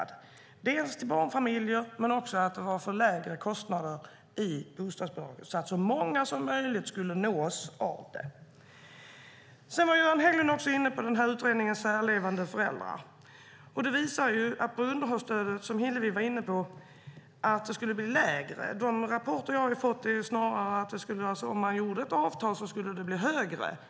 Dels är det riktat till barnfamiljer, dels får man lägre kostnader för bostadsbidraget, så att så många som möjligt ska nås av det. Göran Hägglund var också inne på utredningen om särlevande föräldrar. Enligt Hillevi Larsson skulle underhållsstödet bli lägre. De rapporter som jag har fått är att om man träffade ett avtal skulle underhållsstödet snarare bli högre.